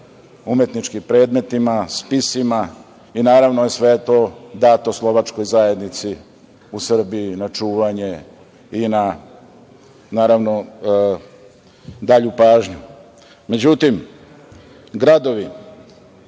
umetničkim predmetima, spisima i naravno sve to je dato slovačkoj zajednici u Srbiji na čuvanje i na naravno dalju pažnju.Međutim, gradovi